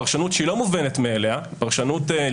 פרשנות שהיא לא מובנת מאליה שהיא ליברלית